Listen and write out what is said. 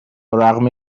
رغم